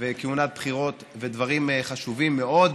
בכהונת בחירות ודברים חשובים מאוד.